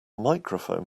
microphone